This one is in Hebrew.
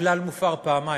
הכלל מופר פעמיים.